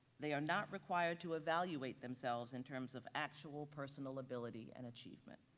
they are not required to evaluate themselves in terms of actual personal ability and achievement.